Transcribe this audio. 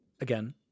Again